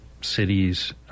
cities